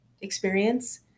experience